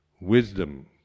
wisdom